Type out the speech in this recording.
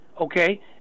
okay